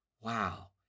wow